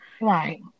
right